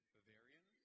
Bavarian